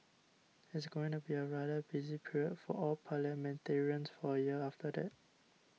it's going to be a rather busy period for all parliamentarians for a year after day